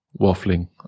waffling